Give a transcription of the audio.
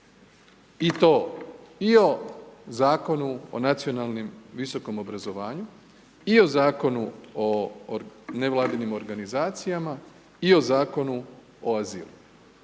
I to i o Zakonu o nacionalnom visokom obrazovanju i o zakonu o nevladinim organizacijama i o Zakonu o azilu.